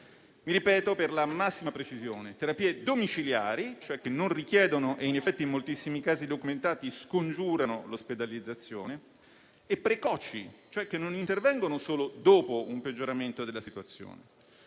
Ripeto, per la massima precisione: mi riferisco alle terapie domiciliari - che dunque non richiedono e in effetti, in moltissimi casi documentati, scongiurano l'ospedalizzazione - e precoci, cioè che non intervengono solo dopo un peggioramento della situazione.